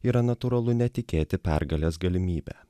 yra natūralu netikėti pergalės galimybe